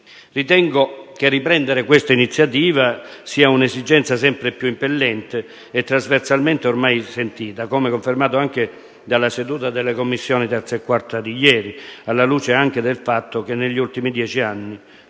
Ritengo che riprendere questa iniziativa sia una esigenza sempre più impellente e trasversalmente ormai sentita, come confermato anche dalla seduta delle Commissioni riunite 3a e 4a di ieri, alla luce anche del fatto che, negli ultimi dieci anni,